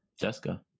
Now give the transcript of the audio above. Jessica